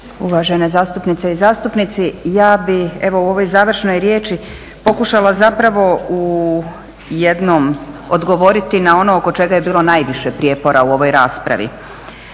uvažene zastupnice i zastupnici, ja bih evo u ovoj završnoj riječi pokušala zapravo u jednom odgovoriti na ono oko čega je bilo najviše prijepora u ovoj raspravi.